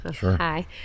Hi